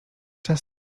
czas